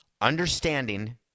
understanding